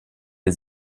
wir